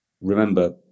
remember